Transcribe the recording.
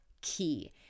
key